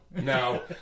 no